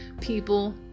people